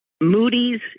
Moody's